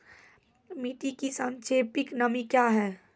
मिटी की सापेक्षिक नमी कया हैं?